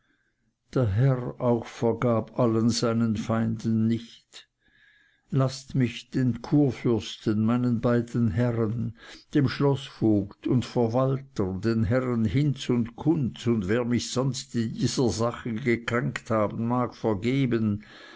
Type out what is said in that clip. der herr auch vergab allen seinen feinden nicht laßt mich den kurfürsten meinen beiden herren dem schloßvogt und verwalter den herren hinz und kunz und wer mich sonst in dieser sache gekränkt haben mag vergeben